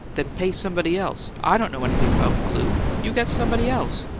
then pay somebody else i don't know anything about glue. you get somebody else.